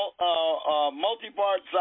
multi-part